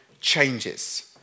changes